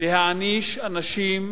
להענשת אנשים